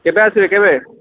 କେବେ ଆସିବେ କେବେ